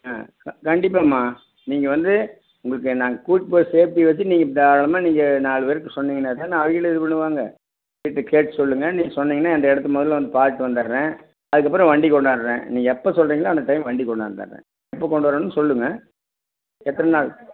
ஆ கண்டிப்பாகம்மா நீங்கள் வந்து உங்களுக்கு நாங்கள் கூட்டுப்போகற ஷேஃப்டியை பற்றி நீங்கள் தாராளமாக நீங்கள் நாலு பேர்க்கிட்ட சொன்னீங்கன்னா தான் அவகளும் இது பண்ணுவாங்க கேட்டு சொல்லுங்க நீங்கள் சொன்னீங்கன்னா அந்த இடத்த முதல்ல வந்து பார்த்துட்டு வந்துட்றேன் அதுக்கப்புறம் வண்டி கொண்டார்றேன் நீங்கள் எப்போ சொல்லுறீங்களோ அந்த டைம் வண்டி கொண்டாந்துர்றேன் எப்போ கொண்டு வரணும் சொல்லுங்கள் எத்தனை நாள்